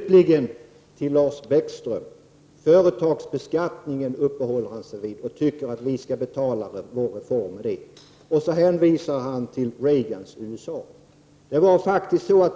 missgynnar barnfamiljerna. Lars Bäckström uppehåller sig vid företagsbeskattningen och säger att vi skall betala vår reform med den. Sedan hänvisar han till Reagans USA.